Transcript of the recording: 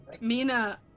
Mina